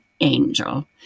angel